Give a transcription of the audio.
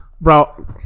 Bro